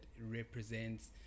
represents